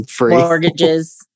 mortgages